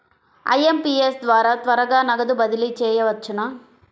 IMPS ద్వారా త్వరగా నగదు బదిలీ చేయవచ్చునా?